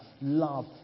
love